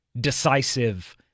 decisive